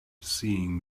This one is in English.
seeing